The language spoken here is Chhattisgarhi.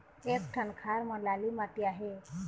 एक ठन खार म लाली माटी आहे?